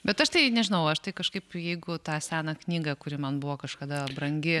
bet aš tai nežinau aš tai kažkaip jeigu tą seną knygą kuri man buvo kažkada brangi